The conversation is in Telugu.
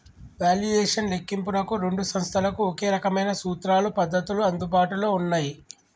వాల్యుయేషన్ లెక్కింపునకు రెండు సంస్థలకు ఒకే రకమైన సూత్రాలు, పద్ధతులు అందుబాటులో ఉన్నయ్యి